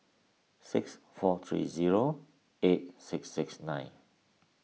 six four three zero eight six six nine